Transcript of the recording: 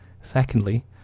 Secondly